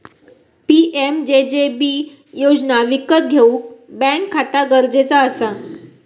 PMJJB योजना विकत घेऊक बॅन्क खाता गरजेचा असा